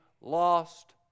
lost